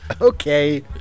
Okay